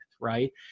right